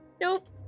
Nope